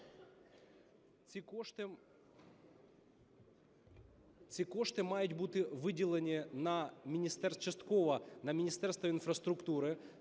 Ці кошти мають бути виділені частково на Міністерство інфраструктури.